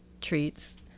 treats